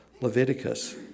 Leviticus